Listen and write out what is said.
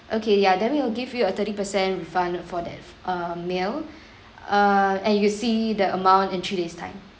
okay ya then we will give you a thirty percent refund for that uh meal uh and you see the amount in three days time